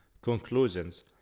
Conclusions